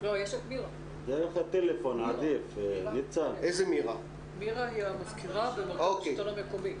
ראש עיריית מודיעין ויו"ר מרכז השלטון המקומי.